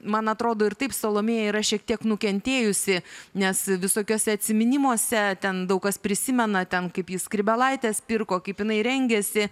man atrodo ir taip salomėja yra šiek tiek nukentėjusi nes visokiuose atsiminimuose ten daug kas prisimena ten kaip ji skrybėlaites pirko kaip jinai rengėsi